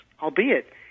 albeit